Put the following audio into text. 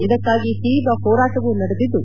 ಇದಕ್ಕಾಗಿ ತೀವ್ರ ಹೋರಾಟವೂ ನಡೆದಿದ್ದು